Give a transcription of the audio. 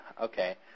Okay